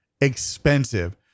expensive